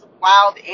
wild